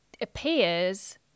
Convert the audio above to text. appears